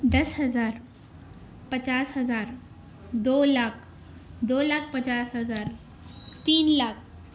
دس ہزار پچاس ہزار دو لاک دو لاک پچاس ہزار تین لاک